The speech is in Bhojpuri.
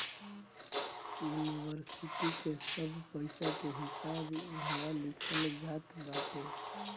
इन्वरसिटी के सब पईसा के हिसाब इहवा लिखल जात बाटे